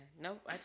Nope